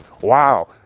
Wow